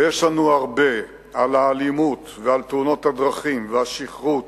ויש לנו הרבה, האלימות, תאונות הדרכים והשכרות